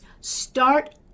start